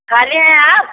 खाली हैं आप